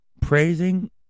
Praising